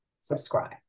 subscribe